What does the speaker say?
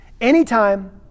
Anytime